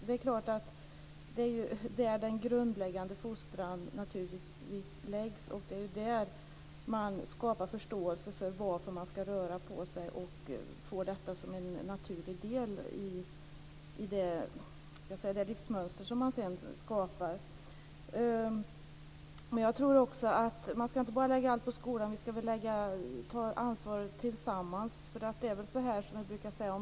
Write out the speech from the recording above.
Det är där den grundläggande fostran ges, och det är där det skapas förståelse för varför man ska röra på sig och få det som en naturlig del i det livsmönster man skapar sig. Vi ska inte bara lägga allt på skolan. Vi ska tillsammans ta ansvar.